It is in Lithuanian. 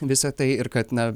visa tai ir kad na